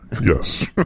Yes